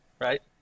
right